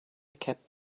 kept